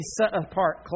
set-apart